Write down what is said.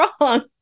wrong